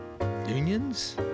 Unions